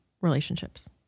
relationships